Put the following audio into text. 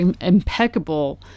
impeccable